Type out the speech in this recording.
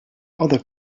other